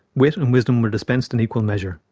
wit and wisdom were dispensed in equal measure.